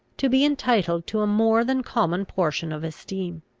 to be entitled to a more than common portion of esteem.